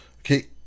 Okay